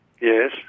Yes